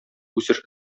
үсеш